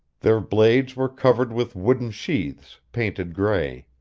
their blades were covered with wooden sheaths, painted gray.